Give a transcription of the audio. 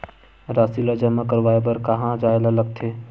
राशि ला जमा करवाय बर कहां जाए ला लगथे